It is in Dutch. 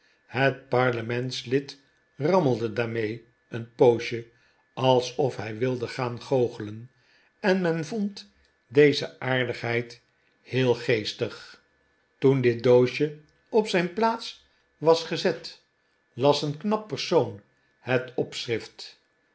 het parlementslid rammelde daarmee een poosje alsof hij wilde gaan goochelen en men vond deze aardigheid heel geestig toen dit doosje op zijn plaats was gezet las een knap persoon het